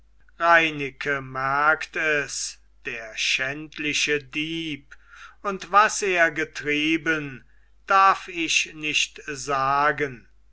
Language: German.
merkt es der schändliche dieb und was er getrieben darf ich nicht sagen